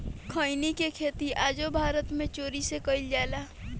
खईनी के खेती आजो भारत मे चोरी से कईल जाला